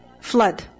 flood